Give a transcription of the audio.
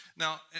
Now